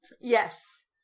Yes